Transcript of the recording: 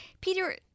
Peter